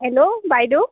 hello বাইদেউ